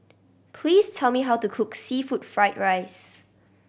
please tell me how to cook seafood fried rice